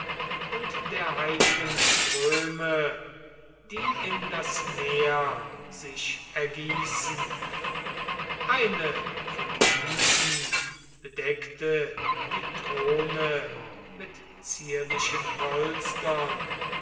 und der heiligen ströme die in das meer sich ergießen eine von diesen bedeckte die throne mit zierlichen